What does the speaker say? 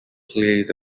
plays